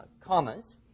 commas